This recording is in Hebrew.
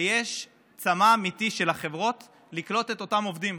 ויש צמא אמיתי של החברות לקלוט את אותם עובדים.